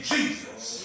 Jesus